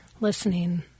listening